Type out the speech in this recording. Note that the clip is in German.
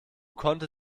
konnte